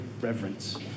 reverence